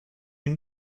can